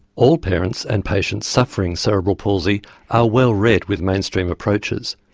all parents and patients suffering cerebral palsy are well read with mainstream approaches.